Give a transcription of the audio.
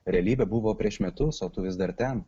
realybė buvo prieš metus o tu vis dar ten